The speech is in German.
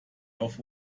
auf